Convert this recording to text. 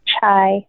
Hi